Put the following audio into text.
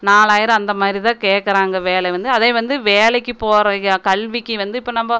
நாலாயிரம் அந்த மாதிரி தான் கேட்கறாங்க வேலை வந்து அதே வந்து வேலைக்கு போறதுக்கு கல்விக்கு வந்து இப்போ நம்ப